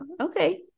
okay